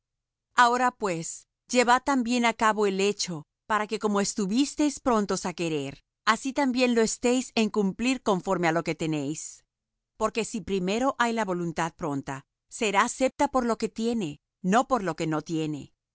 ahora pues llevad también á cabo el hecho para que como estuvisteis prontos á querer así también lo estéis en cumplir conforme á lo que tenéis porque si primero hay la voluntad pronta será acepta por lo que tiene no por lo que no tiene